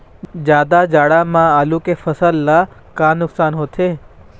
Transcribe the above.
जादा जाड़ा म आलू के फसल ला का नुकसान होथे?